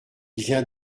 vient